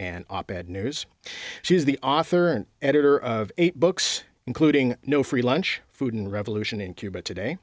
ed news she is the author and editor of eight books including no free lunch food and revolution in cuba today